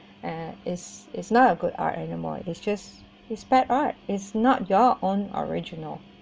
and it's it's not a good art anymore it's just is bad art is not your own original